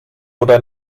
oder